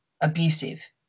abusive